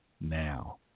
now